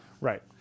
Right